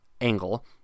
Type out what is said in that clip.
angle